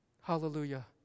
Hallelujah